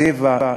צבע,